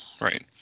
right